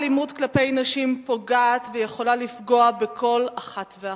האלימות כלפי נשים פוגעת ויכולה לפגוע בכל אחת ואחת.